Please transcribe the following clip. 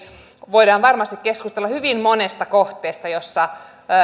voidaan varmasti keskustella hyvin monesta kohteesta joissa